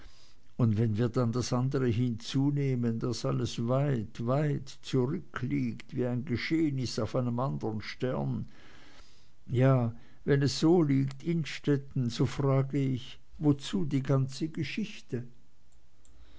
und wenn wir dann das andere hinzunehmen daß alles weit weit zurückliegt wie ein geschehnis auf einem andern stern ja wenn es so liegt innstetten so frage ich wozu die ganze geschichte